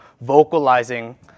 vocalizing